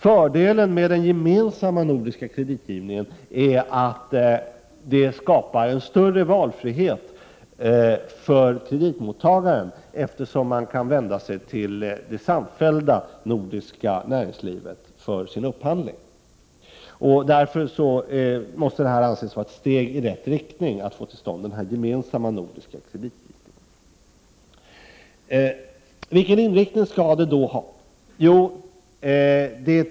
Fördelen med den gemensamma nordiska kreditgivningen är att det skapas en större valfrihet för kreditmottagaren, eftersom denne kan vända sig till det samfällda nordiska näringslivet för sin upphandling. Därför måste det anses vara ett steg i rätt riktning att få till stånd denna gemensamma nordiska kreditgivning. Vilken inriktning skall denna verksamhet då ha?